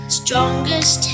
strongest